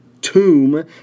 tomb